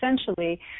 essentially